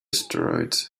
steroids